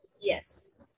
Yes